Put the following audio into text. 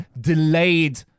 delayed